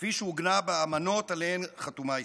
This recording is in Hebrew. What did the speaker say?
כפי שעוגנה באמנות שעליהן חתומה ישראל.